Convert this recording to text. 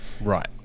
Right